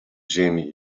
ziemi